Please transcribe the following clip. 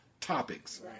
topics